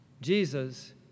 Jesus